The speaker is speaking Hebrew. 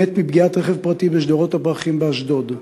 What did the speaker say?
מת מפגיעת רכב פרטי בשדרות-הפרחים באשדוד.